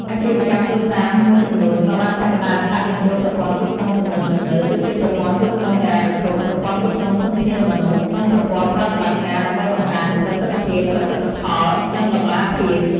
អាជីវកម្មគ្រួសារមួយចំនួនក៏បានចាប់ផ្តើមដាក់បញ្ចូលប្រព័ន្ធគ្រប់គ្រងទំនើបៗ ដូចជាប្រព័ន្ធគ្រប់គ្រងហិរញ្ញវត្ថុ ប្រព័ន្ធគ្រប់គ្រងធនធានមនុស្ស និងប្រព័ន្ធប្រតិបត្តិការ ដើម្បីបង្កើនប្រសិទ្ធភាព ប្រសិទ្ធផល និងតម្លាភាព។